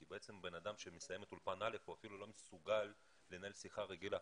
כי בעצם בן אדם שמסיים את אולפן א' הוא אפילו לא מסוגל לנהל שיחה רגילה.